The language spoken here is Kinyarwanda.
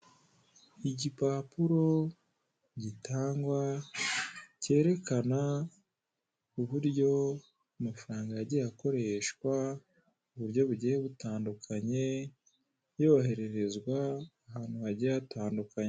Igipapuro gitangwa kerekana uburyo amafaranga yagiye akoreshwa mu buryo bugiye butandukanye yohererezwa ahantu hagiye hatandukanye.